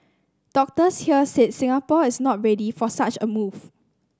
doctors here said Singapore is not ready for such a move